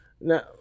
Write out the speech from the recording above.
Now